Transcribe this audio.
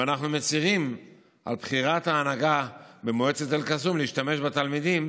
ואנחנו מצירים על בחירת ההנהגה במועצת אל-קסום להשתמש בתלמידים